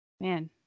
Man